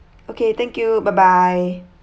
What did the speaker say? okay thank you bye bye